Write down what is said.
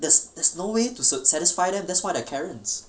there's there's no way to sa~ satisfied them that's why they are karens